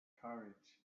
courage